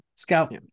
Scout